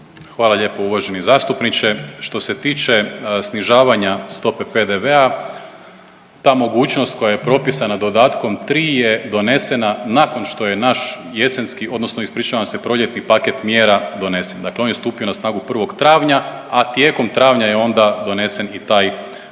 Hvala lijepo uvaženi zastupniče. Što se tiče snižavanja stope PDV-a ta mogućnost koja je propisana dodatkom 3 je donesena nakon što je naš jesenski odnosno ispričavam se proljetni paket mjera donesen, dakle on je stupio na snagu 1. travnja, a tijekom travnja je onda donesen i taj dodatak